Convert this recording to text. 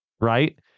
right